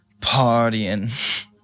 partying